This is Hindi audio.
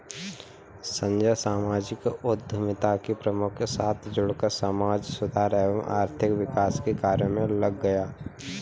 संजय सामाजिक उद्यमिता के प्रमुख के साथ जुड़कर समाज सुधार एवं आर्थिक विकास के कार्य मे लग गया